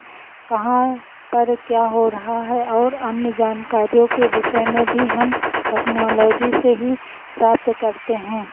कहाँ पर क्या हो रहा है और अन्य जानकारियों के विषय में भी हम टेक्नोलॉजी से ही प्राप्त करते हैं